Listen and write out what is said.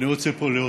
אני רוצה פה להודות,